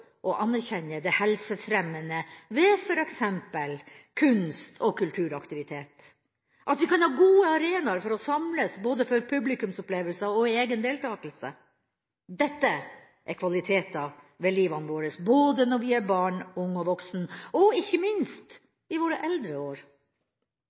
og anerkjenne det helsefremmende ved f.eks. kunst og kulturaktivitet, og at vi kan ha gode arenaer for å samles både for publikumsopplevelser og egen deltakelse. Dette er kvaliteter ved livet vårt, både når vi er barn, unge og voksne – og ikke minst